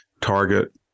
target